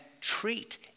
treat